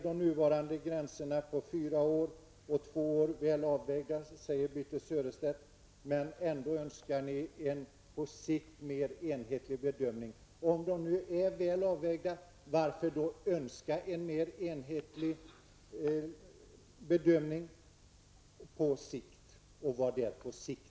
De nuvarande gränserna på fyra och två år är väl avvägda, säger Birthe Sörestedt. Ändå önskar ni en på sikt mera enhetlig bedömning. Om de nu är väl avvägda, värför önskar ni en mer enhetlig bedömning på sikt? Vad menar ni med ''på sikt''?